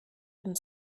and